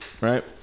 right